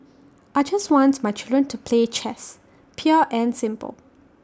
I just want my children to play chess pure and simple